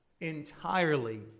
entirely